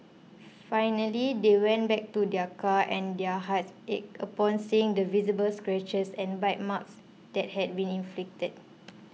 finally they went back to their car and their hearts ached upon seeing the visible scratches and bite marks that had been inflicted